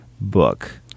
book